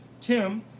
Tim